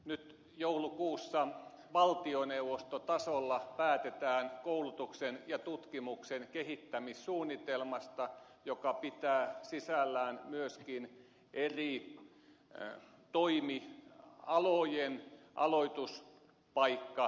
nyt joulukuussa valtioneuvostotasolla päätetään koulutuksen ja tutkimuksen kehittämissuunnitelmasta joka pitää sisällään myöskin eri toimialojen aloituspaikkamäärät